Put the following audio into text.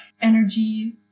energy